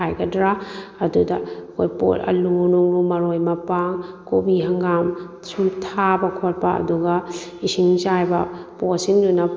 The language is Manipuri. ꯍꯥꯏꯒꯗ꯭ꯔꯥ ꯑꯗꯨꯗ ꯑꯩꯈꯣꯏ ꯄꯣꯠ ꯑꯜꯂꯨ ꯅꯨꯡꯂꯨ ꯃꯔꯣꯏ ꯃꯄꯥꯡ ꯀꯣꯕꯤ ꯍꯪꯒꯥꯝ ꯁꯨꯝ ꯊꯥꯕ ꯈꯣꯠꯄ ꯑꯗꯨꯒ ꯏꯁꯤꯡ ꯆꯥꯏꯕ ꯄꯣꯠꯁꯤꯡꯗꯨꯅ